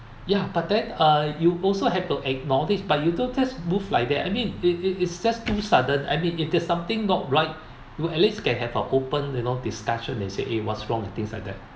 ya but then uh you also have to acknowledge but you don't just move like that I mean it it is just too sudden I mean if there's something not right you at least can have a open you know discussion and said eh what's wrong with things like that